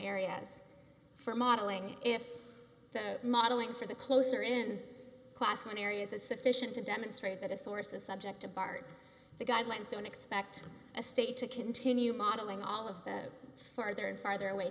areas for modeling if modeling for the closer in class one areas is sufficient to demonstrate that a source is subject to bart the guidelines don't expect a state to continue modeling all of the farther and farther away